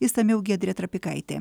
išsamiau giedrė trapikaitė